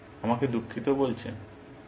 সুতরাং আমাকে দুঃখিত বলছেন